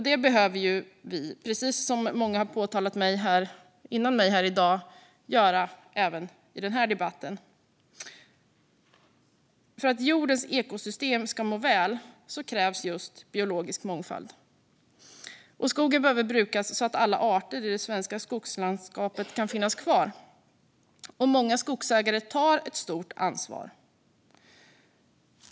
Det behöver vi göra även i den här debatten, som många har framhållit före mig. För att jordens ekosystem ska må väl krävs just biologisk mångfald. Skogen behöver brukas så att alla arter i det svenska skogslandskapet kan finnas kvar. Många skogsägare tar ett stort ansvar.